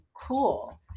cool